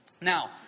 Now